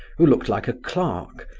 who looked like a clerk,